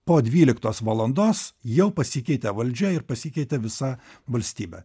po dvyliktos valandos jau pasikeitė valdžia ir pasikeitė visa valstybė